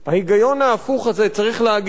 ההיגיון ההפוך הזה צריך להגיד,